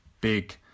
big